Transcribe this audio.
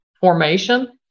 formation